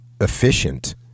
efficient